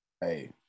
Hey